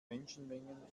menschenmengen